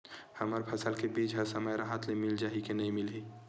हमर फसल के बीज ह समय राहत ले मिल जाही के नी मिलही?